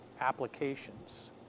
applications